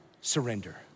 surrender